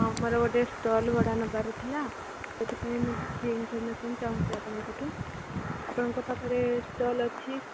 ଆମର ଗୋଟେ ଷ୍ଟଲ୍ ଭଡ଼ା ନେବାର ଥିଲା ସେଥିପାଇଁ ମୁଁ କିଛି ଇନଫର୍ମମେସନ୍ ଚାହୁଁଛି ଆପଣଙ୍କ ଠୁ ଆପଣଙ୍କ ପାଖରେ ଷ୍ଟଲ୍ ଅଛି